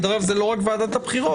דרך אגב, זה לא רק ועדת הבחירות.